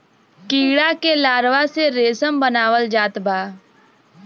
कीड़ा के लार्वा से रेशम बनावल जात बा